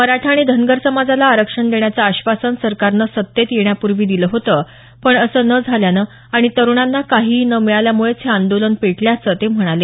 मराठा आणि धनगर समाजाला आरक्षण देण्याचं आश्वासन सरकारनं सत्तेत येण्यापूर्वी दिलं होतं पण असं न झाल्यानं आणि तरुणांना काहीही न मिळाल्यामुळेच हे आंदोलन पेटल्याचं ते म्हणाले